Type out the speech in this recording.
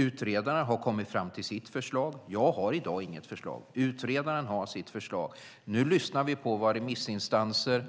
Utredaren har kommit fram till sitt förslag. Jag har i dag inget förslag. Utredaren har sitt förslag. Nu lyssnar vi på vad remissinstanser,